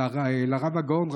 אל הרב הגאון,